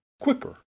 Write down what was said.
quicker